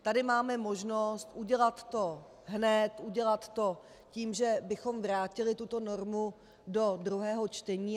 Tady máme možnost udělat to hned, udělat to tím, že bychom vrátili tuto normu do druhého čtení.